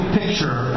picture